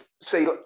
say